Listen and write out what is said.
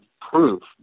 proof